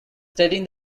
stating